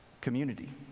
community